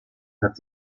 hat